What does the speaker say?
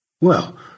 Well